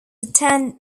attend